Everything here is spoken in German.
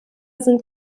sind